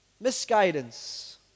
Misguidance